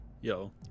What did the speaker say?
Yo